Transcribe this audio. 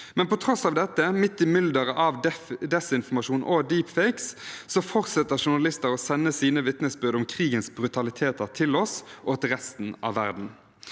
hjem. På tross av dette, midt i mylderet av desinformasjon og «deepfakes», fortsetter journalister å sende sine vitnesbyrd om krigens brutaliteter til oss og til resten av verden.